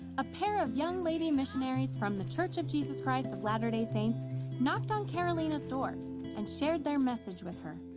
a pair of young lady missionaries from the church of jesus christ of latter-day saints knocked on carolina's door and shared their message with her.